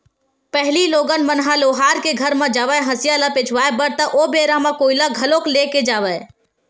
पहिली लोगन मन ह लोहार के घर म जावय हँसिया ल पचवाए बर ता ओ बेरा म कोइला घलोक ले के जावय